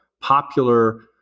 popular